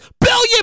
billion